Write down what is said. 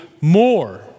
more